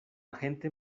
agente